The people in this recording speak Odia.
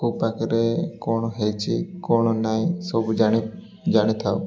କେଉଁ ପାଖରେ କଣ ହେଇଛି କଣ ନାହିଁ ସବୁ ଜାଣି ଜାଣିଥାଉ